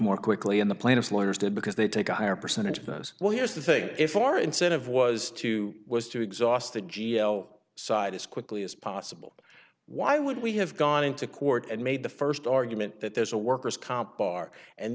more quickly in the plaintiff's lawyers did because they take a higher percentage of those well here's the thing if our incentive was to was too exhausted g l side as quickly as possible why would we have gone into court and made the first argument that there's a worker's comp bar and